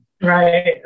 Right